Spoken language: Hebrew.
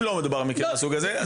אבל אם לא מדובר במקרה מהסוג הזה,